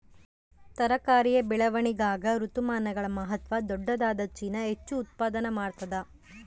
ತರಕಾರಿಯ ಬೆಳವಣಿಗಾಗ ಋತುಮಾನಗಳ ಮಹತ್ವ ದೊಡ್ಡದಾದ ಚೀನಾ ಹೆಚ್ಚು ಉತ್ಪಾದನಾ ಮಾಡ್ತದ